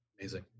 Amazing